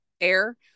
air